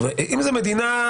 אם זה מדינה,